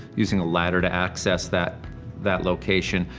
using a ladder to access that that location,